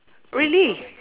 really